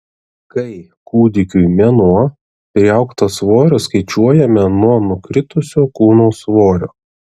kai kūdikiui mėnuo priaugtą svorį skaičiuojame nuo nukritusio kūno svorio